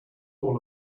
all